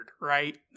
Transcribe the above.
right